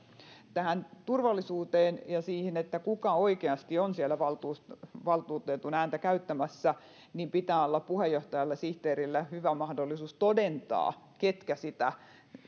tähän turvallisuuteen ja siihen kuka oikeasti on siellä valtuutetun ääntä käyttämässä puheenjohtajalla ja sihteerillä pitää olla hyvä mahdollisuus todentaa ketkä sitä